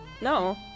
No